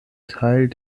teil